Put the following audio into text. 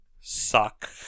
Suck